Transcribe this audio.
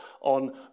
on